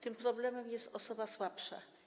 Tym problemem jest osoba słabsza.